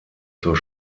zur